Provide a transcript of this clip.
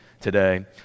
today